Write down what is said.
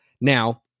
Now